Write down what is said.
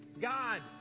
God